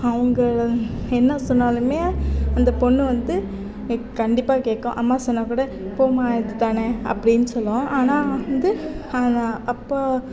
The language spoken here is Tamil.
அவங்க என்ன சொன்னாலுமே அந்த பொண்ணு வந்து கண்டிப்பாக கேட்கும் அம்மா சொன்னால்கூட போம்மா இதுதானே அப்படினு சொல்லும் ஆனால் வந்து அந்த அப்பா